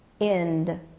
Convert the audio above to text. end